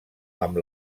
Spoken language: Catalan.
amb